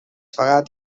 فقط